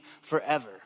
forever